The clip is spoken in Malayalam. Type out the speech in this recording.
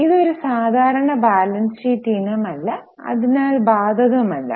ഇത് ഒരു സാധാരണ ബാലൻസ് ഷീറ്റ് ഇനമല്ല അതിനാൽ ബാധകമല്ല